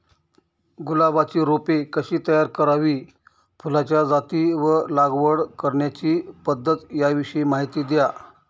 गुलाबाची रोपे कशी तयार करावी? फुलाच्या जाती व लागवड करण्याची पद्धत याविषयी माहिती द्या